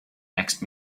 next